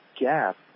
gap